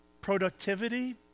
productivity